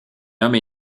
homme